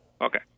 Okay